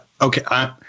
okay